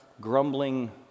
grumbling